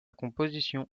composition